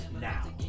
now